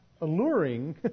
alluring